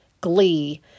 glee